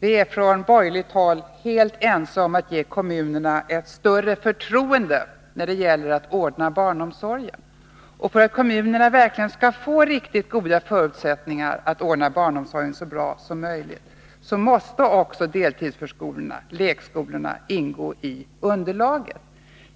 Vi är från borgerligt håll helt ense om att ge kommunerna större förtroende när det gäller att ordna barnomsorgen. För att kommunerna verkligen skall få riktigt goda förutsättningar för att ordna barnomsorgen så bra som möjligt måste också deltidsförskolorna, lekskolorna, ingå i underlaget.